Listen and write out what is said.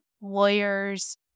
lawyers